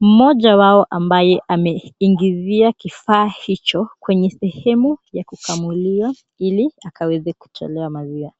mmoja wao ambaye ameingizia kifaa hicho kwenye sehemu ya kukamulia ili akaweze kutolewa maziwa.